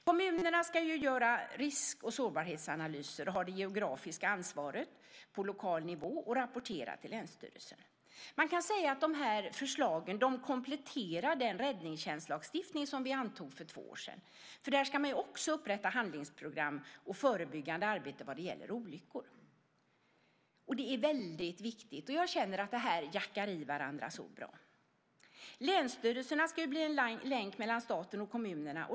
Kommunerna ska göra risk och sårbarhetsanalyser samt ha det geografiska ansvaret på lokal nivå och rapportera till länsstyrelsen. Man kan säga att dessa förslag kompletterar den räddningstjänstlagstiftning som vi antog för två år sedan. Där ska man ju också upprätta handlingsprogram och ha ett förebyggande arbete vad gäller olyckor. Det är väldigt viktigt, och jag känner att de hakar in i varandra på ett bra sätt. Länsstyrelserna ska bli en länk mellan staten och kommunerna.